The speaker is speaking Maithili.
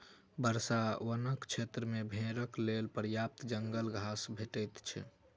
वर्षा वनक क्षेत्र मे भेड़क लेल पर्याप्त जंगल घास भेटैत छै